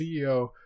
ceo